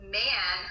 man